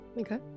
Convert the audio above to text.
okay